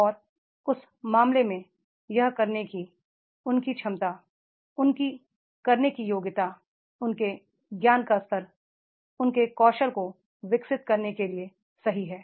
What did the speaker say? और उस मामले में यह करने की उनकी क्षमता उनकी करने की योग्यता उनके ज्ञान का स्तर उनके कौशल को विकसित करने के लिए सही है